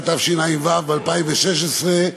התשע"ו 2016,